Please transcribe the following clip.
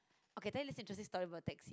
okay then let's it to story about tax